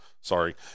sorry